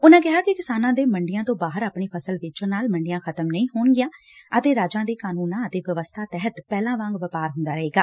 ਉਨੂਾ ਕਿਹਾ ਕਿ ਕਿਸਾਨਾਂ ਦੇ ਮੰਡੀਆਂ ਤੋਂ ਬਾਹਰ ਆਪਣੀ ਫਸਲ ਵੇਚਣ ਨਾਲ ਮੰਡੀਆਂ ਖ਼ਤਮ ਨਹੀਂ ਹੋਣਗੀਆਂ ਅਤੇ ਰਾਜਾਂ ਦੇ ਕਾਨੂੰਨਾਂ ਅਤੇ ਵਿਵਸਬਾ ਤਹਿਤ ਪਹਿਲਾਂ ਵਾਂਗ ਵਪਾਰ ਹੁੰਦਾ ਰਹੇਗਾ